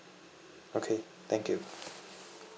okay thank you